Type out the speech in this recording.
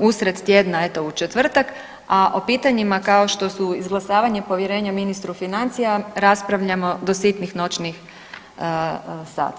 usred tjedna eto u četvrtak, a o pitanjima kao što su izglasavanje povjerenja ministru financija raspravljamo do sitnih noćnih sati.